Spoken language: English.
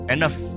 Enough